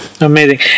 amazing